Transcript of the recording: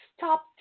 stop